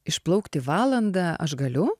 išplaukti valandą aš galiu